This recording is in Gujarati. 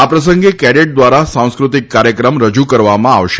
આ પ્રસંગે કેડેટ દ્વારા સાંસ્કૃતિક કાર્યક્રમ રજુ કરવામાં આવશે